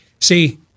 See